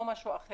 לא משהו אחר.